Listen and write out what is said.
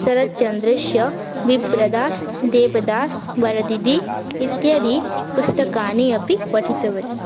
शरच्चन्द्रस्य विप्रदास् देवदास् वरदिदि इत्यादि पुस्तकानि अपि पठितवती